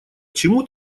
чему